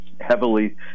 heavily